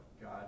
God